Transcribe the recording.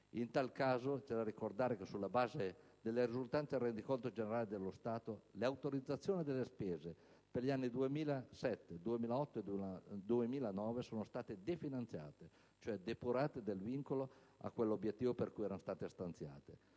In tal caso, occorre ricordare che, sulla base delle risultanze del rendiconto generale dello Stato, le autorizzazioni di spesa per gli anni 2007, 2008, 2009 sono state definanziate, cioè depurate del vincolo a quell'obiettivo per cui erano state stanziate.